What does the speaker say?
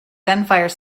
gunfire